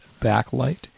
backlight